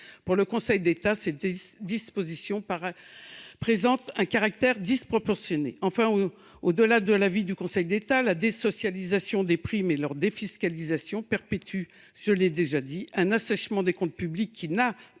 Pour le Conseil d’État, cette disposition présente un caractère disproportionné. Au delà de l’avis du Conseil d’État, la désocialisation des primes et leur défiscalisation perpétuent un assèchement des comptes publics qui n’a pas